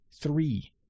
Three